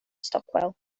stockwell